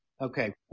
Okay